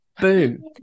Boom